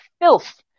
filth